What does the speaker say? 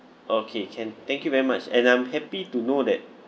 okay can thank you very much and I'm happy to know that